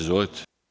Izvolite.